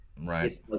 Right